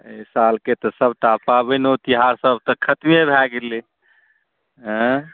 एहि सालके तऽ सभटा पाबनिओ तिहारसभ तऽ खतमे भए गेलै आँय